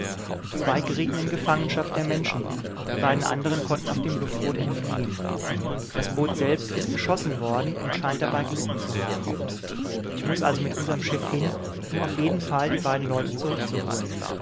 zwei gerieten in gefangenschaft der menschen die beiden anderen konnten auf dem luftboot entfliehen das boot selbst ist beschossen worden und scheint dabei gelitten zu haben ich muß also mit unserm schiff hin um auf jeden fall die beiden leute zurückzuholen